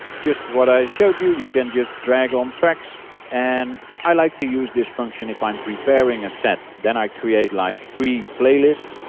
just what i showed you you can just drag on tracks and i like to use this function if i'm preparing a set. then i create like three playlists,